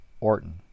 Orton